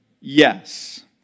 yes